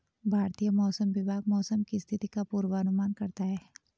भारतीय मौसम विभाग मौसम की स्थिति का पूर्वानुमान करता है